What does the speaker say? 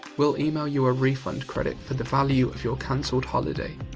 we'll email you a refund credit for the value of your cancelled holiday.